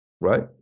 right